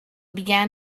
began